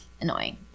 annoying